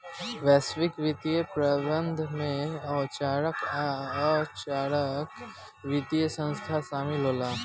वैश्विक वित्तीय प्रबंधन में औपचारिक आ अनौपचारिक वित्तीय संस्थान शामिल होला